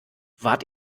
wart